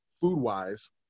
food-wise